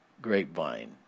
grapevine